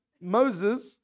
Moses